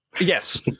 Yes